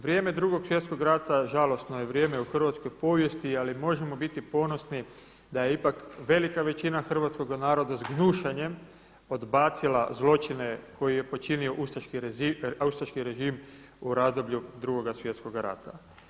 Vrijeme Drugog svjetskog rata žalosno je vrijeme u hrvatskoj povijesti, ali možemo biti ponosni da je ipak velika većina hrvatskoga naroda s gnušanjem odbacila zločine koje je počinio ustaški režim u razdoblju Drugoga svjetskoga rata.